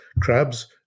crabs